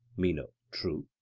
meno true.